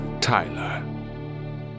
Tyler